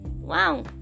Wow